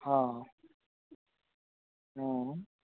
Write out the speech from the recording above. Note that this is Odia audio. ହଁ